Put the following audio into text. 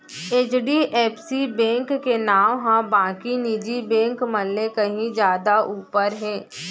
HDFC bank के नांव ह बाकी निजी बेंक मन ले कहीं जादा ऊपर हे